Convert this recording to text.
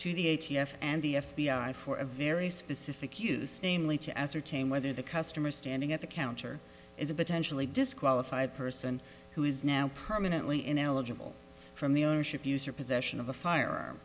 f and the f b i for a very specific use namely to ascertain whether the customer standing at the counter is a potentially disqualified person who is now permanently ineligible from the ownership use or possession of a fire